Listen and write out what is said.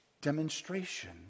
demonstration